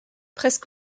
presque